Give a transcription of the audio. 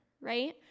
right